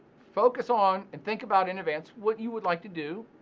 focus on, and think about in advance what you would like to do.